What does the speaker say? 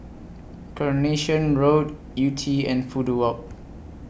Coronation Road Yew Tee and Fudu Walk